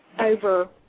over